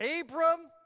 Abram